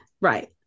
Right